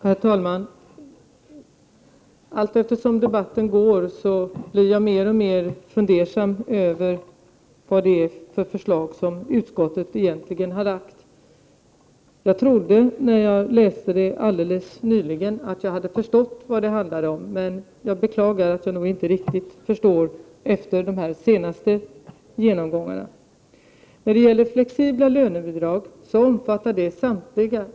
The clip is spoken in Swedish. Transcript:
Herr talman! Allteftersom debatten fortskrider blir jag mer och mer fundersam över vad det är för förslag som utskottet egentligen har lagt fram. Jag trodde, när jag läste det helt nyligen, att jag hade förstått vad det handlade om, men jag beklagar att jag efter de här senaste genomgångarna inte riktigt förstår det.